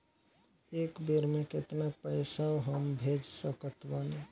एक बेर मे केतना पैसा हम भेज सकत बानी?